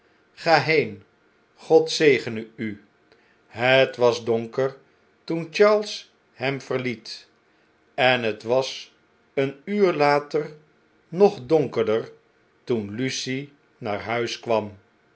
ga heen god zegene u het was donker toen charles hem verliet en het was een uur later nog donkerder toen lucie naar huis kwam